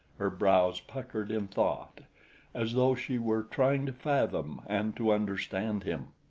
her brows puckered in thought as though she were trying to fathom and to understand him.